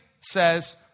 says